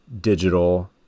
digital